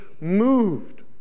moved